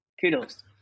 kudos